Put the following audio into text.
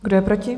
Kdo je proti?